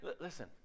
Listen